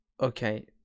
okay